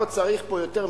לא צריך פה יותר מדי,